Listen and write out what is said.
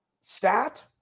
stat